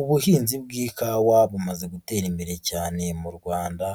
Ubuhinzi bw'ikawa bumaze gutera imbere cyane mu Rwanda,